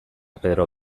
pedro